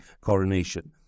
coronation